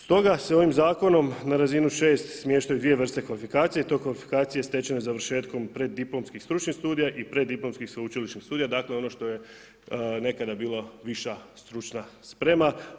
Stoga se ovim zakonom na razinu 6 smještaju dvije vrste kvalifikacija i to kvalifikacije stečene završetkom preddiplomskih stručnih studija i preddiplomskih sveučilišnih studija dakle ono što je nekada bilo viša stručna sprema.